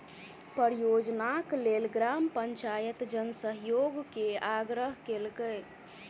परियोजनाक लेल ग्राम पंचायत जन सहयोग के आग्रह केलकै